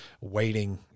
waiting